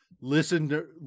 Listen